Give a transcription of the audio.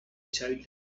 child